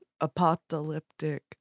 apocalyptic